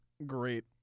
Great